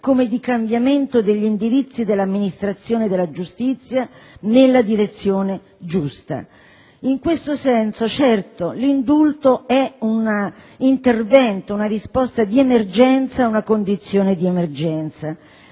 come di cambiamento degli indirizzi dell'amministrazione della giustizia, nella direzione giusta. In questo senso, certo, l'indulto è un intervento, una risposta di emergenza ad una condizione di emergenza.